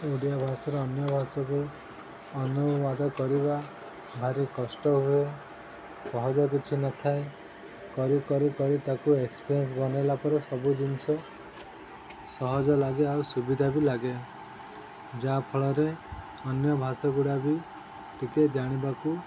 ଓଡ଼ିଆ ଭାଷାରେ ଅନ୍ୟ ଭାଷାକୁ ଅନୁବାଦ କରିବା ଭାରି କଷ୍ଟ ହୁଏ ସହଜ କିଛି ନଥାଏ କରି କରି କରି ତାକୁ ଏକ୍ସପିରିଏନ୍ସ ବନେଇଲା ପରେ ସବୁ ଜିନିଷ ସହଜ ଲାଗେ ଆଉ ସୁବିଧା ବି ଲାଗେ ଯାହାଫଳରେ ଅନ୍ୟ ଭାଷାଗୁଡ଼ା ବି ଟିକେ ଜାଣିବାକୁ